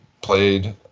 played